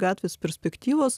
gatvės perspektyvos